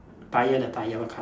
tyre the tyre what colour